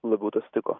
labiau tas tiko